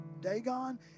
Dagon